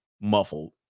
muffled